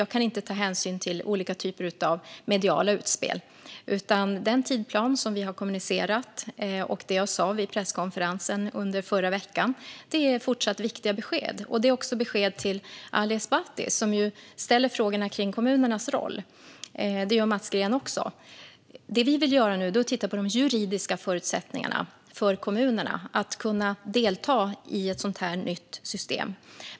Jag kan inte ta hänsyn till olika typer av mediala utspel, utan den tidsplan som vi har kommunicerat och det som jag sa vid presskonferensen förra veckan är fortfarande viktiga besked. Det är också ett besked till Ali Esbati, som ju ställer frågor om kommunernas roll. Det gör också Mats Green. Det vi vill göra nu är att titta på de juridiska förutsättningarna för kommunerna att delta i ett sådant här nytt system.